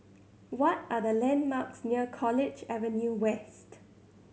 what are the landmarks near College Avenue West